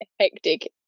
hectic